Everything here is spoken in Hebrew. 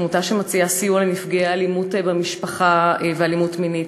עמותה שמציעה סיוע לנפגעי אלימות במשפחה ואלימות מינית.